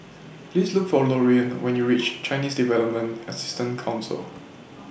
Please Look For Lorean when YOU REACH Chinese Development Assistance Council